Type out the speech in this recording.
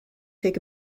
take